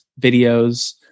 videos